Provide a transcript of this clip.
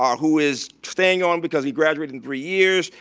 um who is staying on, because he graduated in three years,